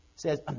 says